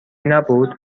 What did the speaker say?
نبود